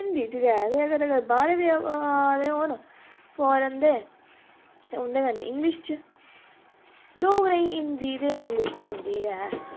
हिन्दी च गै ते अगर बाह्र दे आ दे होन फॉरन दे उन्दे कन्नै डोगरें हिन्दी ते इंगलिश ते औंदी गै